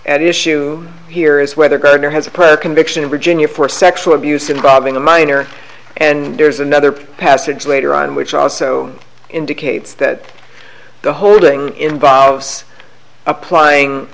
at issue here is whether gardner has put conviction in virginia for sexual abuse involving a minor and there's another passage later on which also indicates that the holding involves applying